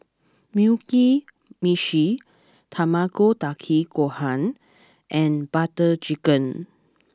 Mugi Meshi Tamago Kake Gohan and Butter Chicken